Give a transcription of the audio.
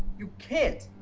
you can't.